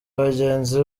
bagenzi